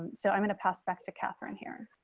so i'm going to pass back to catherine here.